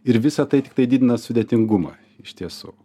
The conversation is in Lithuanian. ir visa tai tiktai didina sudėtingumą iš tiesų